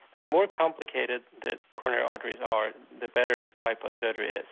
the more complicated the coronary arteries are the better bypass surgery is.